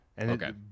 Okay